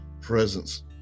presence